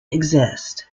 exist